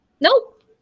Nope